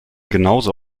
genauso